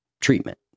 treatment